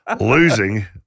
losing